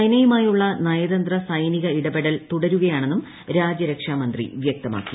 ചൈനയുമായുള്ള നയതന്ത്ര സൈനിക ഇടപെടൽ തുടരുകയാണെന്നും രാജ്യരക്ഷാ മന്ത്രി വ്യൂക്തമാക്കി